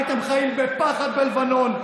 הייתם חיים בפחד בלבנון,